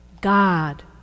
God